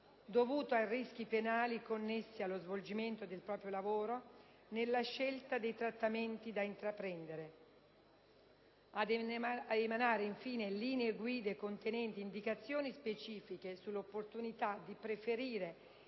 dovuto ai rischi penali connessi allo svolgimento del proprio lavoro, nella scelta dei trattamenti da intraprendere; ad emanare linee guida contenenti indicazioni specifiche sull'opportunità di preferire